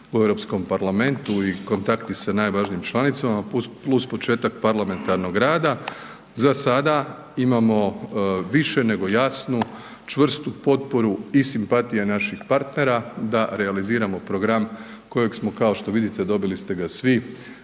u Europskom parlamentu i kontakti sa najvažnijim članicama plus početak parlamentarnog rada, za sada imamo više nego jasnu, čvrstu potporu i simpatija naših partnera da realiziramo program kojeg smo kao što vidite, dobili ste ga svi